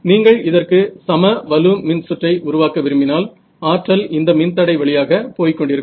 நீங்கள் இதற்கு சம வலு மின் சுற்றை உருவாக்க விரும்பினால் ஆற்றல் இந்த மின்தடை வழியாக போய்க்கொண்டிருக்கும்